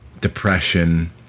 depression